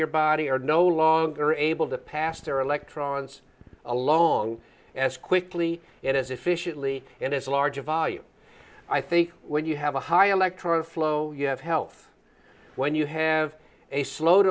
your body are no longer able to pass their electrons along as quickly and as efficiently and as a larger volume i think when you have a high electron flow you have health when you have a slow